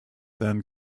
then